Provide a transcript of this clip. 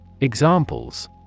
Examples